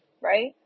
right